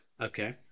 Okay